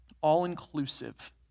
all-inclusive